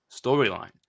storyline